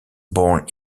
born